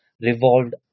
revolved